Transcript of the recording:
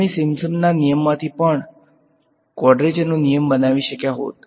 અમે સિમ્પસનના નિયમમાંથી પણ કવાડ્રેચરનો નિયમ બનાવી શક્યા હોત